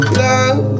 love